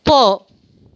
போ